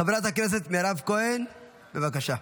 חברת הכנסת מירב כהן, בבקשה.